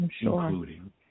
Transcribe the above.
Including